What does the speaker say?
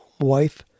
wife